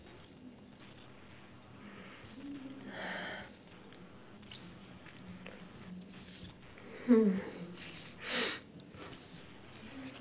hmm